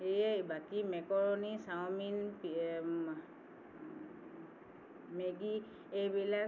সেয়েই বাকী macaroni chowmein Maggi এইবিলাক